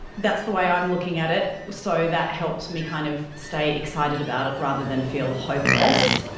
that's the way i'm looking at it, so that helps me kind of stay excited about it rather than feel hopeless,